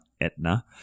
Etna